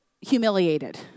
humiliated